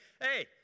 Hey